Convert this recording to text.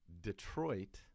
Detroit